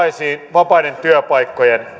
vapaiden työpaikkojen